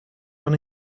van